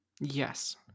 Yes